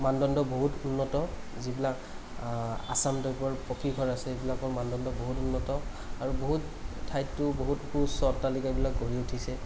মানদণ্ড বহুত উন্নত যিবিলাক আসাম টাইপৰ পকী ঘৰ আছে সেইবিলাকৰ মানদণ্ড বহুত উন্নত আৰু বহুত ঠাইতো বহুত সু উচ্চ অট্টালিকাবিলাক গঢ়ি উঠিছে